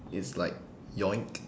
it's like yoink